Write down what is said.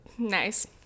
Nice